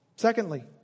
Secondly